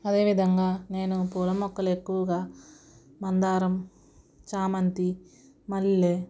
అదేవిధంగా నేను పూల మొక్కలు ఎక్కువగా మందారం ఛామంతి మల్లె